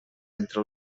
entre